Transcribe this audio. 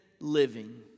living